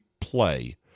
play